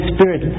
Spirit